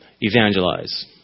evangelize